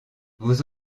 vous